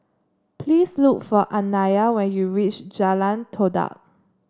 please look for Anaya when you reach Jalan Todak